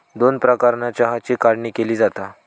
दोन प्रकारानं चहाची काढणी केली जाता